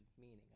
meaning